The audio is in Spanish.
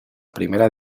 primera